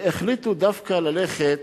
והחליטו דווקא ללכת